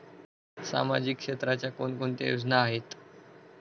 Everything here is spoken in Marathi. सामाजिक क्षेत्राच्या कोणकोणत्या योजना आहेत?